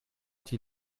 die